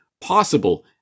possible